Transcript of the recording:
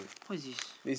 what is this